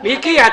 אני בהצבעות.